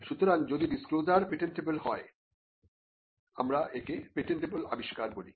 সুতরাং যদি disclosure patentable হয় আমরা একে পেটেন্টবল আবিষ্কার বলি